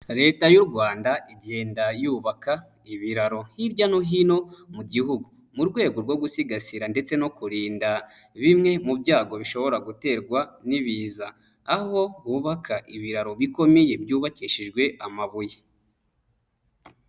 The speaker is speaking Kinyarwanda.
Leta y'u Rwanda igenda yubaka ibiraro hirya no hino mu gihugu, mu rwego rwo gusigasira ndetse no kurinda bimwe mu byago bishobora guterwa n'ibiza, aho bubaka ibiraro bikomeye byubakishijwe amabuye.